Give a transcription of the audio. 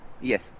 Yes